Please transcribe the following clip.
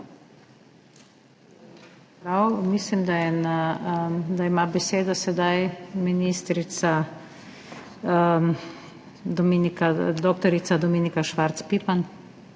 Mislim, da ima besedo sedaj ministrica dr. Dominika Švarc Pipan.